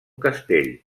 castell